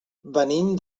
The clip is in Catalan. venim